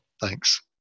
Thanks